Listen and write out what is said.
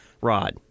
Rod